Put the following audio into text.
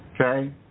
Okay